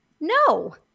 no